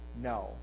no